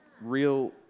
real